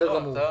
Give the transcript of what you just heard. בסדר גמור.